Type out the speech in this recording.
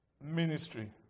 ministry